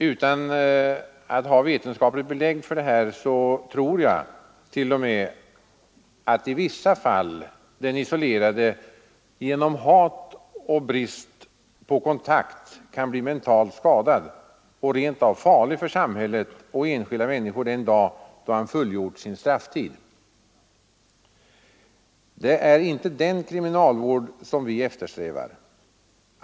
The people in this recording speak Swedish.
Utan att ha vetenskapligt belägg för det så tror jag t.o.m. att i vissa fall den isolerade genom hat och brist på kontakt kan bli mentalt skadad och rent av farlig för samhället och enskilda människor den dag då han fullgjort sin strafftid. Det är inte den kriminalvården vi eftersträvar.